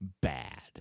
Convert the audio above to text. bad